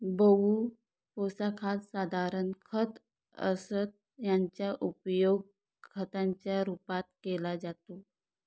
बहु पोशाखात साधारण खत असतं याचा उपयोग खताच्या रूपात केला जातो